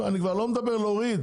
אני כבר לא מדבר על להוריד.